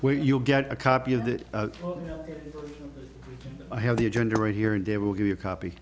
what you'll get a copy of that i have the agenda right here and there will give you a copy